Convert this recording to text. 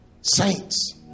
saints